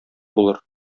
булыр